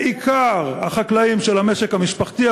בעיקר החקלאים של המשק המשפחתי,